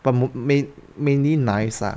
but mo~ mainly knives ah